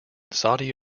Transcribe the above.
saudi